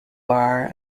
barr